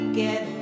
get